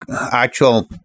actual